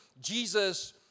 Jesus